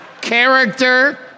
character